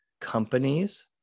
companies